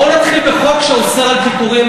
בואו נתחיל בחוק שאוסר פיטורים